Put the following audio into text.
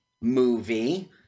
movie